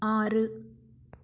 ஆறு